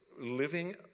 living